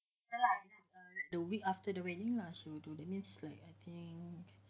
ya lah the week after the wedding lah she will do that means like I think maybe